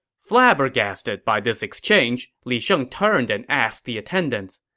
flabbergasted by this exchange, li sheng turned and asked the attendants,